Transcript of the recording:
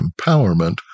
empowerment